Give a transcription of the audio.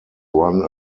run